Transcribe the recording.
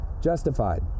Justified